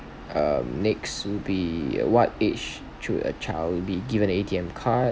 um next will be uh what age should a child will be given A_T_M card